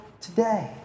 today